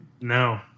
No